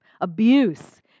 abuse